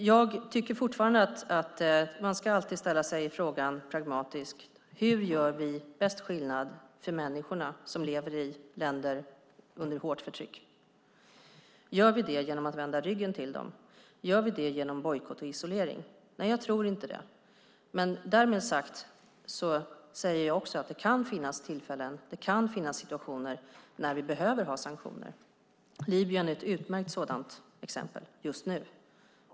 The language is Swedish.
Jag tycker fortfarande att man alltid på ett pragmatiskt sätt ska ställa sig frågan hur vi bäst gör skillnad för människorna som lever i länder med hårt förtryck. Gör vi det genom att vända dem ryggen? Gör vi det genom bojkott och isolering? Nej, jag tror inte det. Med detta sagt säger jag också att det kan finnas tillfällen, det kan finnas situationer, när vi behöver ha sanktioner. Libyen är ett utmärkt sådant exempel just nu.